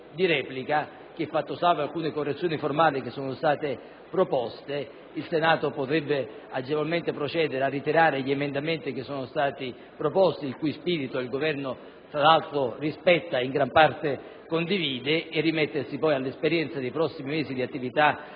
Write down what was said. il Senato potrebbe agevolmente procedere a ritirare gli emendamenti che sono stati presentati - il cui spirito il Governo rispetta e in gran parte condivide - e rimettersi all'esperienza dei prossimi mesi di attività